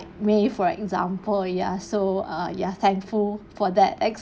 may for example ya so err ya thankful for that